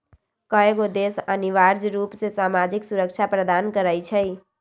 कयगो देश अनिवार्ज रूप से सामाजिक सुरक्षा प्रदान करई छै